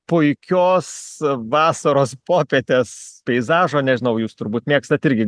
puikios vasaros popietės peizažo nežinau jūs turbūt mėgstat irgi